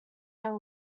young